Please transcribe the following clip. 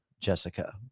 jessica